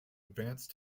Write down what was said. advance